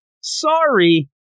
Sorry